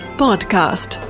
podcast